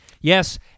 Yes